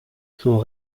sont